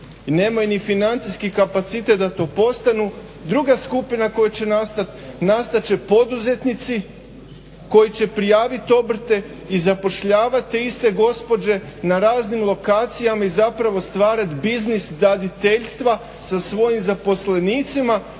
nemaju ni financijski kapacitet da to postanu. Druga skupina koja će nastat, nastat će poduzetnici koji će prijavit obrte i zapošljavat te iste gospođe na raznim lokacijama i zapravo stvarat biznis daditeljstva sa svojim zaposlenicima